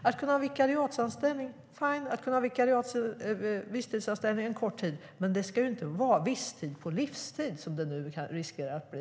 Att ha en vikariatsanställning eller en visstidsanställning en kort tid är okej, men det ska inte vara visstid på livstid, som det nu riskerar att bli.